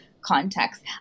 context